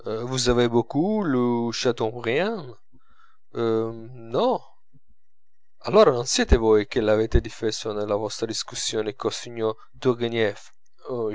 chateaubriand allora non siete voi che l'avete difeso nella vostra discussione col signor